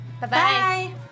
Bye-bye